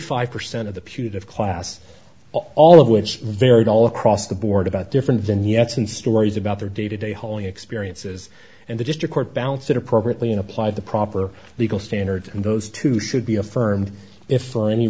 five percent of the punitive class all of which varied all across the board about different vignettes and stories about their day to day holy experiences and the district court balance that appropriately applied the proper legal standard and those two should be affirmed if for any